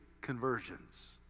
conversions